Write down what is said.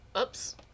Oops